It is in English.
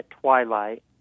twilight